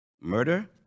murder